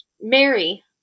Mary